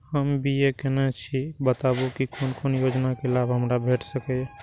हम बी.ए केनै छी बताबु की कोन कोन योजना के लाभ हमरा भेट सकै ये?